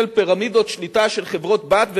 של פירמידות שליטה של חברות-בנות,